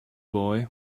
boy